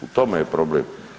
U tom je problem.